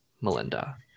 Melinda